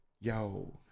yo